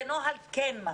כן נוהל, כן מפלה.